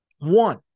One